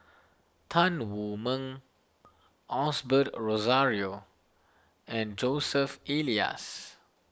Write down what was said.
Tan Wu Meng Osbert Rozario and Joseph Elias